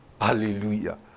Hallelujah